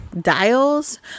dials